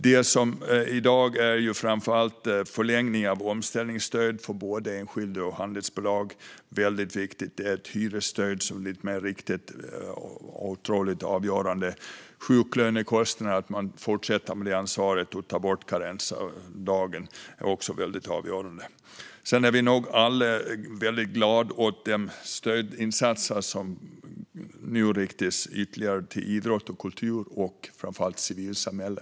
I dag gäller det framför allt förlängning av omställningsstöd för både enskilda bolag och handelsbolag. Det är väldigt viktigt. Det gäller ett mer riktat hyresstöd, vilket är avgörande. Man ska också fortsätta ta ansvaret för sjuklönekostnader och ta bort karensdagen. Det är också avgörande. Vi är nog alla glada över de ytterligare stödinsatser som nu riktas till idrott, kultur och framför allt civilsamhället.